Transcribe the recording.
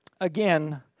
again